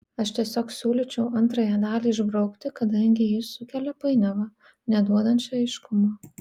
aš tiesiog siūlyčiau antrąją dalį išbraukti kadangi ji sukelia painiavą neduodančią aiškumo